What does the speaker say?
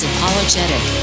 Apologetic